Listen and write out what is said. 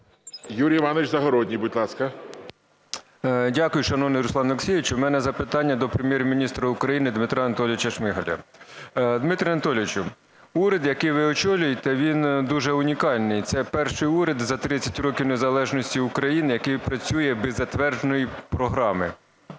Юрій Іванович Загородній, будь ласка. 11:51:02 ЗАГОРОДНІЙ Ю.І. Дякую, шановний Руслан Олексійович. У мене запитання до Прем'єр-міністра України Дмитра Анатолійовича Шмигаля. Дмитре Анатолійовичу, уряд, який ви очолюєте, він дуже унікальний – це перший уряд за 30 років незалежності України, який працює без затвердженої програми.